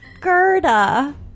Gerda